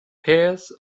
pairs